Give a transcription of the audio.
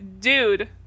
dude